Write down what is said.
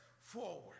forward